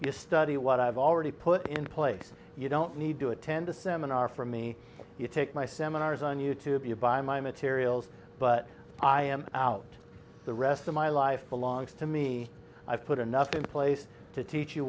you study what i've already put in place you don't need to attend a seminar for me you take my seminars on you tube you buy my materials but i am out the rest of my life belongs to me i've put enough in place to teach you